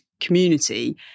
community